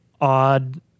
odd